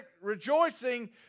rejoicing